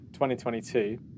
2022